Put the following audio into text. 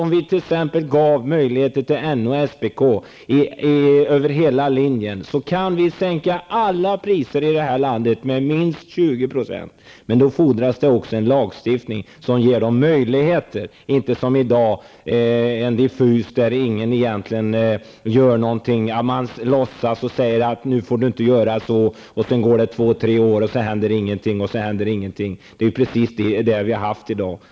Om vi t.ex. gav NO och SPK möjligheter över hela linjen, skulle vi kunna sänka alla priser i det här landet med minst 20 %. Men då fordras det också en lagstiftning som ger dem möjligheter och inte som i dag en diffus lagstiftning som leder till att ingen gör någonting. Man låtsas att man gör något och säger: Nu får ni inte göra så. Sedan går det två tre år, och det händer ingenting. Det är precis så vi har det i dag.